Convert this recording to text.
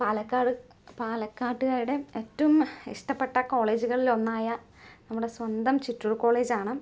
പാലക്കാട് പാലക്കാട്ടുകാരുടെ ഏറ്റവും ഇഷ്ട്ടപെട്ട കോളേജുകളിൽ ഒന്നായ നമ്മുടെ സ്വന്തം ചിറ്റൂർ കോളേജാണ്